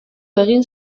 egin